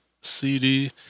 CD